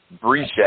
breach